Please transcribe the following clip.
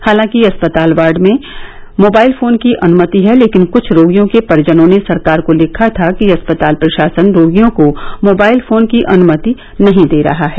हालांकि अस्पताल वार्ड में मोबाइल फोन की अनुमति है लेकिन कुछ रोगियों के परिजनों ने सरकार को लिखा था कि अस्पताल प्रशासन रोगियों को मोबाइल फोन की अनुमति नहीं दे रहा है